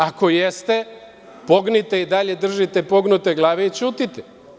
Ako jeste, pognite i dalje držite pognute glave i ćutite.